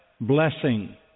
blessing